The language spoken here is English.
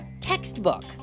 textbook